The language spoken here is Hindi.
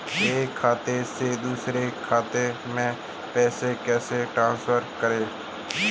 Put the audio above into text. एक खाते से दूसरे खाते में पैसे कैसे ट्रांसफर करें?